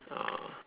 oh